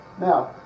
Now